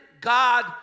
God